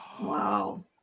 Wow